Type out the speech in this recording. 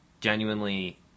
genuinely